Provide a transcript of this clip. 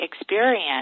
experience